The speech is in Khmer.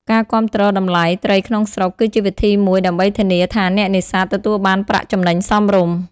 ការគាំទ្រតម្លៃ ត្រីក្នុងស្រុកគឺជាវិធីមួយដើម្បីធានាថាអ្នកនេសាទទទួលបានប្រាក់ចំណេញសមរម្យ។